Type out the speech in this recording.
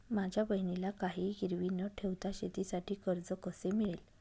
माझ्या बहिणीला काहिही गिरवी न ठेवता शेतीसाठी कर्ज कसे मिळेल?